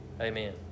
Amen